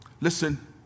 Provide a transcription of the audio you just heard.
Listen